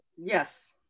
Yes